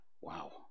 Wow